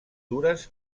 dures